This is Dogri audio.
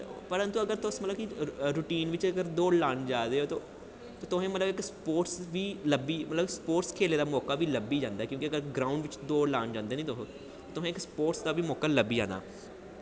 परंतु अगर तुस मतलब कि रोटीन बिच्च अगर दौड़ लान जा दे ओ ते तुसें इक स्पोटस बी लब्भी मतलब स्पोटस खेलने दा मौका बी लब्भी जंदा क्योंकि अगर ग्राउंड़ च दौड़ लान जंदे नी तुस तुसें इक स्पोटस दा बी मौका लब्भी जाना